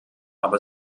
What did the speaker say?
aber